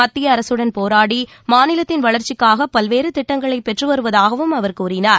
மத்திய அரசுடன் போராடி மாநிலத்தின் வளர்ச்சிக்காக பல்வேறு திட்டங்களைப் பெற்று வருவதாகவும் அவர் கூறினார்